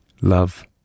love